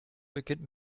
beginnt